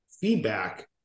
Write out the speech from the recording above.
feedback